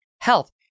health